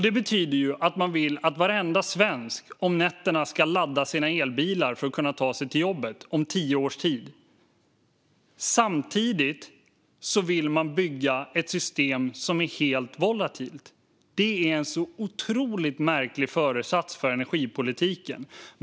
Det betyder att man vill att varenda svensk om tio år ska ladda sina elbilar på nätterna för att kunna ta sig till jobbet. Samtidigt vill man bygga ett system som är helt volatilt. Det är en otroligt märklig föresats för energipolitiken.